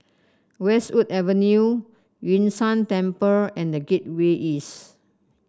Westwood Avenue Yun Shan Temple and The Gateway East